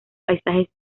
paisajes